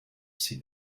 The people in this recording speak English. see